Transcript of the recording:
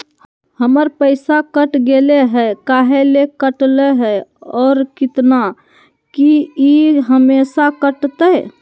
हमर पैसा कट गेलै हैं, काहे ले काटले है और कितना, की ई हमेसा कटतय?